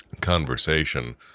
conversation